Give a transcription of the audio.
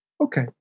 Okay